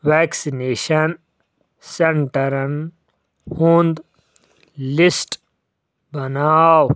vaccination سیٚنٹرَن ہُنٛد لِسٹہٕ بَناو